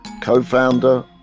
co-founder